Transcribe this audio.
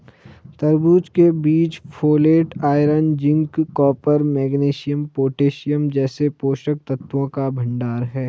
तरबूज के बीज folate, iron, zinc, copper, magnesium, potassium जैसे पोषक तत्वों का भंडार है